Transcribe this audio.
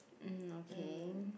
mmhmm okay